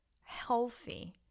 healthy